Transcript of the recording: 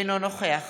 אינו נוכח